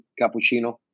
Cappuccino